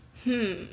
hmm